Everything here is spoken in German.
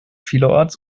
vielerorts